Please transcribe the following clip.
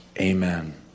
Amen